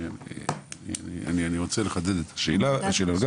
אני רוצה לחדד את השאלה.